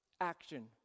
action